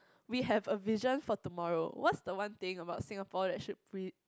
we have a vision for tomorrow what is the one thing about Singapore that should be